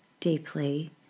deeply